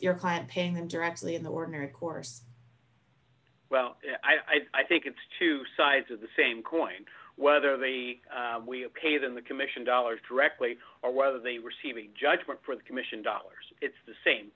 your client paying them directly in the ordinary course well i think it's two sides of the same coin whether they pay them the commission dollars directly or whether they receive a judgment for the commission dollars it's the same